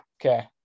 Okay